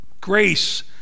grace